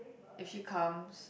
if she comes